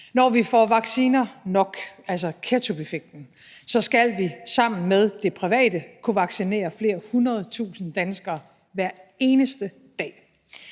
Når vi får vacciner nok, altså ketchupeffekten, så skal vi sammen med det private kunne vaccinere flere hundrede tusinde danskere hver eneste dag.